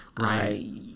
right